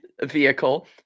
Vehicle